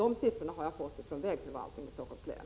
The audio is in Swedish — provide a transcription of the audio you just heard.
Dessa siffror har jag fått från vägförvaltningen i Stockholms län.